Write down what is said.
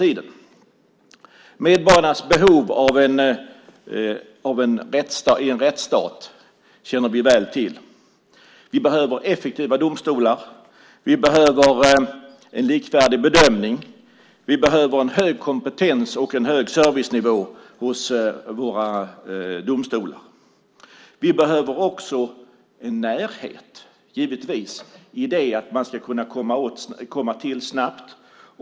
Vi känner väl till medborgarnas behov i en rättsstat. Vi behöver effektiva domstolar, en likvärdig bedömning, hög kompetens och en hög servicenivå hos våra domstolar. Vi behöver också en närhet. Man ska givetvis kunna komma dit snabbt.